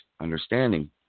understanding